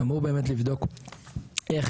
אמורים לבדוק בפועל,